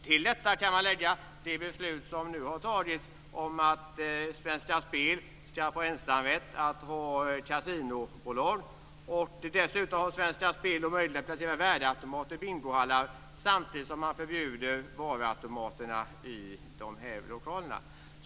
Till detta kan man lägga det beslut som nu har fattats om att Dessutom har Svenska Spel möjligheter att placera värdeautomater i bingohallar samtidigt som man förbjuder varuautomaterna i dessa lokaler.